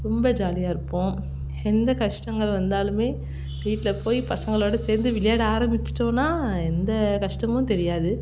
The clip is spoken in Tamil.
ரொம்ப ஜாலியாக இருப்போம் எந்த கஷ்டங்கள் வந்தாலுமே வீட்டில போய் பசங்களோட சேர்ந்து விளையாட ஆரம்பிச்சிடோம்னா எந்த கஷ்டமும் தெரியாது